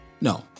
No